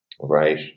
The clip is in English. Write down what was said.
Right